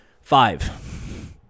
five